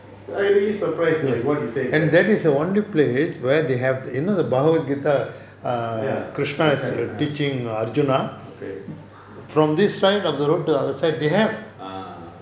I really surprised like what you said that ya inside okay ah